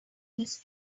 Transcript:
his